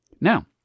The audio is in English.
Now